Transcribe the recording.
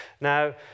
Now